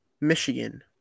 Michigan